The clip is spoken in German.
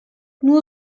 nur